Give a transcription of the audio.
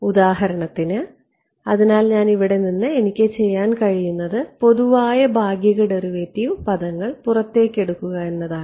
ഉദാഹരണത്തിന് അതിനാൽ ഇവിടെ നിന്ന് എനിക്ക് ചെയ്യാൻ കഴിയുന്നത് പൊതുവായ ഭാഗിക ഡെറിവേറ്റീവ് പദങ്ങൾ പുറത്തേക്കെടുക്കുക എന്നതാണ്